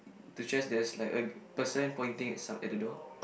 two chairs there's like a person pointing at some at the door